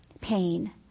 pain